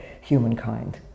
humankind